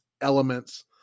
elements